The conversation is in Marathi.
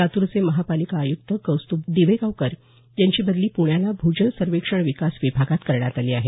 लातूरचे महापालिका आयुक्त कौस्तूभ दिवेगावकर यांची बदली प्ण्याला भूजल सर्वेक्षण विकास विभागात करण्यात आली आहे